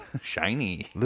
shiny